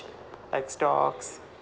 like stocks